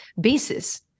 basis